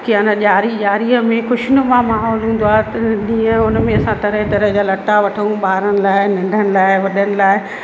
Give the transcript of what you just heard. की आ न ॾियारी ॾियारीअ में ख़ुशिनुमा माहौलु हूंदो आहे त ॾींहुं असां उनमें तरह तरह जा लटा वठूं ॿारनि लाइ नंढनि लाइ वॾनि लाइ